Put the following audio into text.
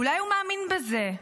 אולי הוא מאמין בזה,